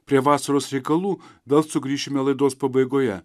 prie vasaros reikalų vėl sugrįšime laidos pabaigoje